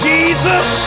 Jesus